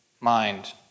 mind